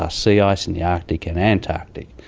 ah sea ice in the arctic and antarctic,